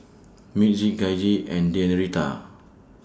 Mitzi Gaige and Denita